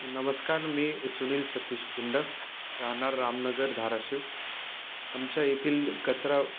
नमस्कार मी सुनील सतीश गुंड राहणार रामनगर धाराशिव आमच्या येथील कचरा